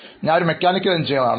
ഞാനൊരു mechanical engineer ആണ്